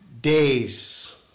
days